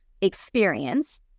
experience